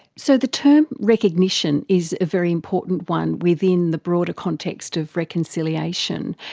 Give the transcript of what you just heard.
so the term recognition is a very important one within the broader context of reconciliation.